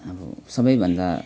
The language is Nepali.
अब सबैभन्दा